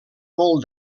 molt